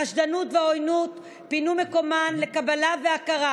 החשדנות והעוינות פינו את מקומן לקבלה ולהכרה,